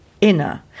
inner